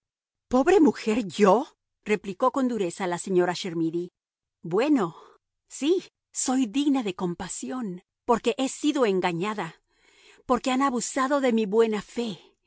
pobre mujer yo replicó con dureza la señora chermidy bueno sí soy digna de compasión porque he sido engañada porque han abusado de mi buena fe